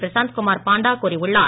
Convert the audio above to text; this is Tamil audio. பிரஷாந்த் குமார் பாண்டா கூறியுள்ளார்